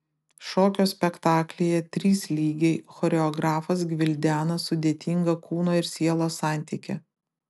šokio spektaklyje trys lygiai choreografas gvildena sudėtingą kūno ir sielos santykį